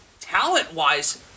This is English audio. talent-wise